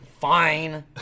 fine